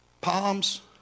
Palms